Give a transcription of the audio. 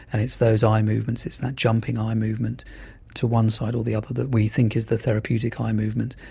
and it's those eye movements, it's that jumping eye movement to one side or the other that we think is the therapeutic um eye movement.